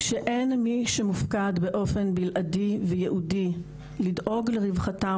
כשאין מי שמופקד באופן בלעדי וייעודי לדאוג לרווחתם